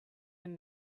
and